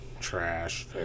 Trash